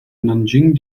nanjing